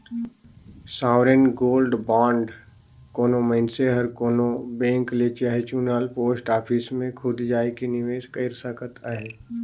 sovereign gold bond कोनो मइनसे हर कोनो बेंक ले चहे चुनल पोस्ट ऑफिस में खुद जाएके निवेस कइर सकत अहे